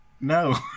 No